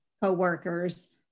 co-workers